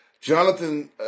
Jonathan